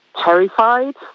terrified